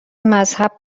مذهب